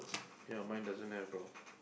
ya mine doesn't have bro